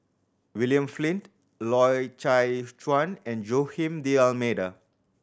William Flint Loy Chye Chuan and Joaquim D'Almeida